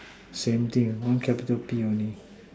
same thing one capital P only